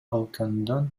өлкөдөн